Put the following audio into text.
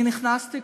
אני נכנסתי,